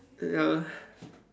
ya